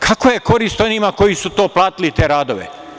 Kakva je korist onima koji su platili te radove?